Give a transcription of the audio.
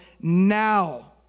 now